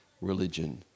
religion